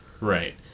right